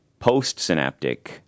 postsynaptic